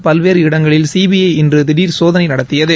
பல்வேறு இடங்களில் சிபிஐ இன்று திடீர் சோதனை நடத்தியது